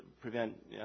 prevent